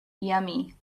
yummy